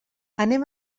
anem